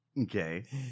Okay